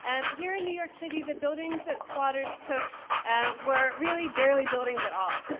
and here in new york city, the buildings that squatters took were really barely buildings at all.